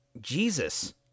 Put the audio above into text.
Jesus